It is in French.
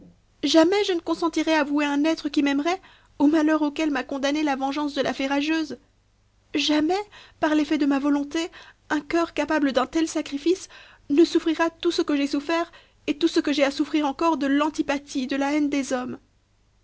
jamais je ne consentirai à vouer un être qui m'aimerait au malheur auquel m'a condamné la vengeance de la fée rageuse jamais par l'effet de ma volonté un coeur capable d'un tel sacrifice ne souffrira tout ce que j'ai souffert et tout ce que j'ai à souffrir encore de l'antipathie de la haine des hommes